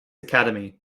academy